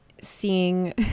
seeing